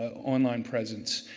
online presence.